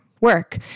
work